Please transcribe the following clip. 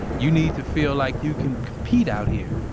you need to feel like you can compete out here.